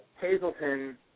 Hazleton